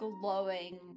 glowing